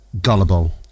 gullible